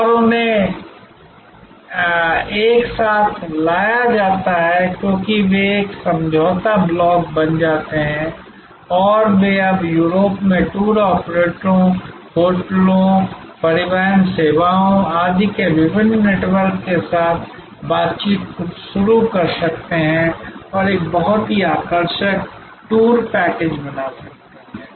और उन्हें एक साथ लाया जाता है क्योंकि वे एक समझौता ब्लॉक बन जाते हैं और वे अब यूरोप में टूर ऑपरेटरों होटलों परिवहन सेवाओं आदि के विभिन्न नेटवर्क के साथ बातचीत शुरू कर सकते हैं और एक बहुत ही आकर्षक टूर पैकेज बना सकते हैं